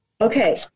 Okay